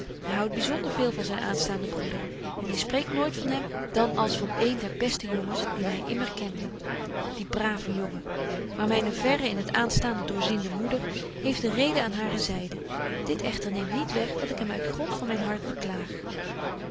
houdt byzonder veel van zyn aanstaanden broeder en die spreekt nooit van hem dan als van een der beste jongens dien hy immer kende die brave jongen maar myne verre in het aanstaande doorziende moeder heeft de reden aan hare zyde dit echter neemt niet weg dat ik hem uit grond van myn hart beklaag